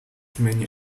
many